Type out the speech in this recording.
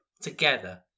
together